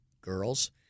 girls